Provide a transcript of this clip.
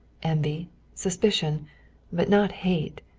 envy, suspicion but not hate.